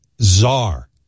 czar